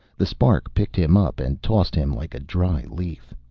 the spark picked him up and tossed him like a dry leaf.